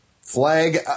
flag